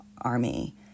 army